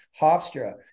Hofstra